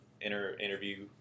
interview